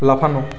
লাফানো